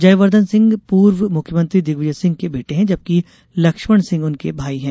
जयवर्धन सिंह पूर्व मुख्यमंत्री दिग्विजय सिंह के बेटे हैं जबकि लक्ष्मण सिंह उनके भाई हैं